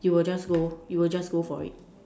you will just go you will just go for it